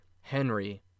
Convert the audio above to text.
Henry